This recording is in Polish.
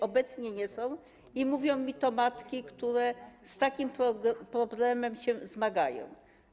Obecnie nie są i mówią mi to matki, które z takim problemem się zmagają.